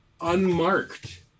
unmarked